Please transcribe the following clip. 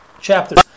chapters